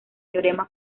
teorema